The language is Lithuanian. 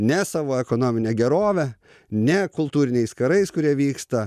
ne savo ekonomine gerove ne kultūriniais karais kurie vyksta